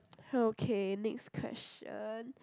okay next question